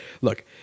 look